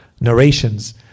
Narrations